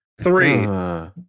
three